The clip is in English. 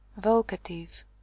Vocative